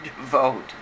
vote